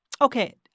Okay